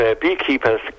beekeepers